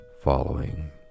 following